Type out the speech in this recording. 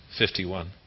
51